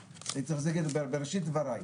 הייתי צריך להגיד את זה בראשית דבריי.